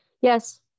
Yes